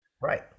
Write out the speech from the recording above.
right